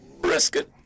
Brisket